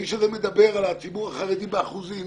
האיש הזה מדבר על הציבור החרדי באחוזים.